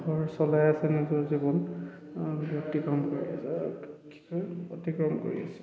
ঘৰ চলাই আছে নিজৰ জীৱন ব্যক্তিক্ৰম কৰিছে কি অতিক্ৰম কৰি আছে